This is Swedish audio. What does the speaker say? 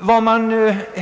fall.